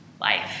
life